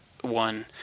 one